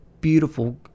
beautiful